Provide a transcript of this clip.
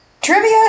trivia